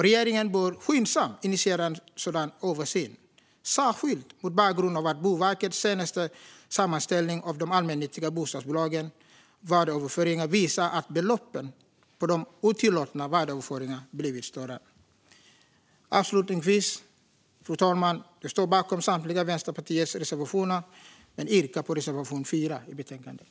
Regeringen bör skyndsamt initiera en sådan översyn, särskilt mot bakgrund av att Boverkets senaste sammanställning av de allmännyttiga bostadsbolagens värdeöverföringar visar att beloppen på de otillåtna värdeöverföringarna har blivit större. Avslutningsvis, fru talman, vill jag säga att jag står bakom samtliga Vänsterpartiets reservationer. Jag yrkar dock bifall endast till reservation 4 i betänkandet.